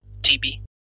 TB